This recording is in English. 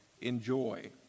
enjoy